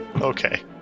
Okay